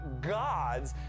gods